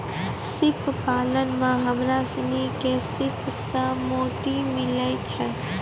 सिप पालन में हमरा सिनी के सिप सें मोती मिलय छै